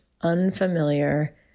unfamiliar